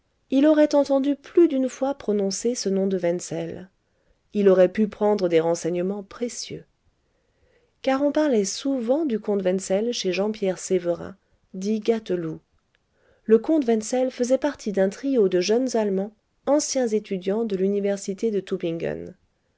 il aurait entendu plus d'une fois prononcer ce nom de wenzel il aurait pu prendre des renseignements précieux car on parlait souvent du comte wenzel chez jean pierre sévérin dit gâteloup le comte wenzel faisait partie d'un trio de jeunes allemands anciens étudiants de l'université de tubingen